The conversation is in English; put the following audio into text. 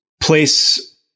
place